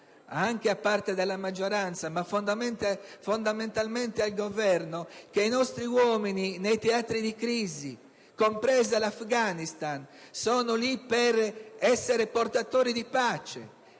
anche a parte della maggioranza, ma fondamentalmente al Governo - che i nostri uomini, nei teatri di crisi, compreso l'Afghanistan, sono lì per essere portatori di pace.